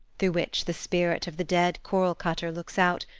through which the spirit of the dead korl-cutter looks out,